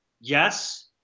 Yes